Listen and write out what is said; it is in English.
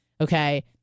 Okay